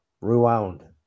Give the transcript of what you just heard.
Rewound